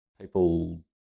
people